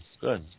good